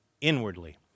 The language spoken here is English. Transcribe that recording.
inwardly